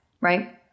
right